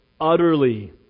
utterly